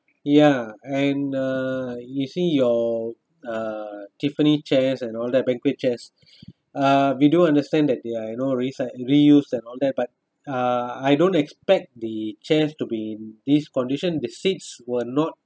ya and uh you see your uh tiffany chairs and all that big big chairs uh we do understand that there are you know recyc~ reuse and all that but uh I don't expect the chairs to be in this condition the seats were not